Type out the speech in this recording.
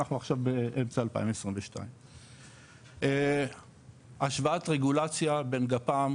אנחנו עכשיו באמצע 2022. השוואת רגולציה בין גפ"מ,